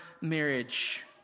marriage